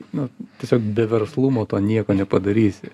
nu tiesiog be verslumo to nieko nepadarysi